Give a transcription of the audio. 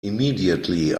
immediately